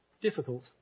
difficult